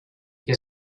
que